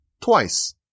twice